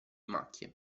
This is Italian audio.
macchie